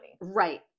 right